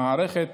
המערכת